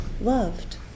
loved